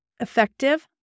effective